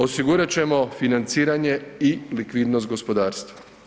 Osigurat ćemo financiranje i likvidnost gospodarstva.